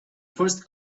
first